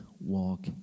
walk